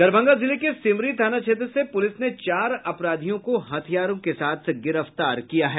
दरभंगा जिले के सिमरी थाना क्षेत्र से पुलिस ने चार अपराधियों को हथियार के साथ गिरफ्तार किया है